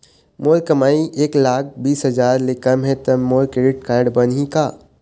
मोर कमाई एक लाख बीस हजार ले कम हे त मोर क्रेडिट कारड बनही का?